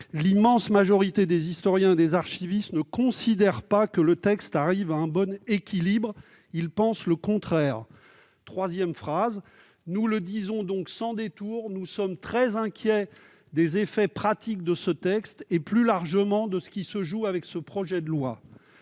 l'immense majorité des historiens et des archivistes ne considèrent pas que le texte arrive à un bon équilibre ; ils pensent le contraire. » Troisièmement, « nous le disons donc sans détour : nous sommes très inquiets des effets pratiques de ce texte et plus largement de ce qui se joue avec ce projet de loi.